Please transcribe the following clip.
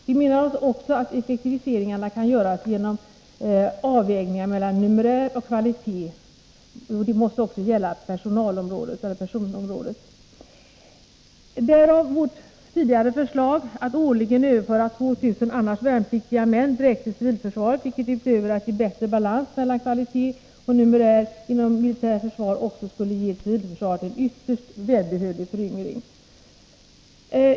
Vi menar också att effektiviseringar kan göras genom att avvägningen mellan numerär och kvalitet även måste gälla på personområdet. Därav kom vårt tidigare förslag att årligen överföra 2 000 annars värnpliktiga män direkt till civilförsvaret, vilket utöver att ge bättre balans mellan kvalitet och numerär inom militärt försvar också skulle ge civilförsvaret en ytterst välbehövlig föryngring.